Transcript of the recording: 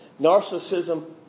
Narcissism